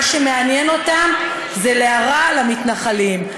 מה שמעניין אותם זה להרע למתנחלים.